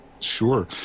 Sure